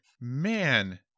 Man